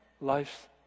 life's